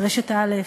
את רשת א',